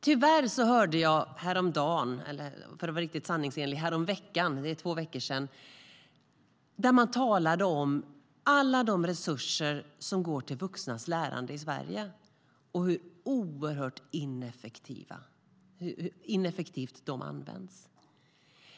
Tyvärr hörde jag häromveckan att man talade om hur oerhört ineffektivt alla de resurser som går till vuxnas lärande i Sverige används.